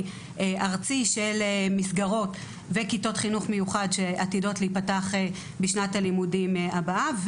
ארצי של מסגרות וכיתות חינוך מיוחד שעתידות להיפתח בשנת הלימודים הבאה,